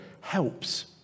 helps